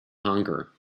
hunger